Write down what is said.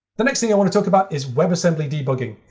the next thing i want to talk about is webassembly debugging.